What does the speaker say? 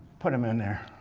put them in there,